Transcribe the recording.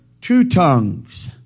Two-Tongues